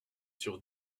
sur